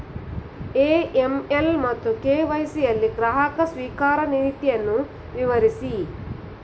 AML ಮತ್ತು KYC ಯಲ್ಲಿ ಗ್ರಾಹಕ ಸ್ವೀಕಾರ ನೀತಿಯನ್ನು ವಿವರಿಸಿ?